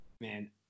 Man